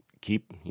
keep